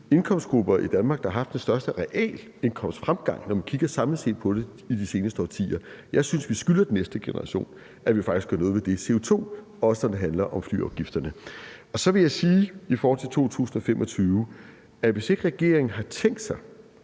indkomstgrupper i Danmark, der har haft den største realindkomstfremgang, når man kigger samlet på det i de seneste årtier. Jeg synes, vi skylder den næste generation, at vi faktisk gør noget ved CO2, også når det handler om flyafgifterne. Så vil jeg sige i forhold til 2025, at hvis ikke regeringen har tænkt sig